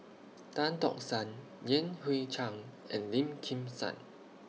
Tan Tock San Yan Hui Chang and Lim Kim San